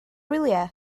wyliau